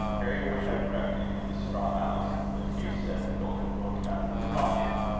harry would have crept into the straw-house but hugh said, pulling a book out of his pocket,